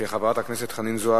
מס' 5442, של חברת הכנסת חנין זועבי.